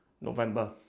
November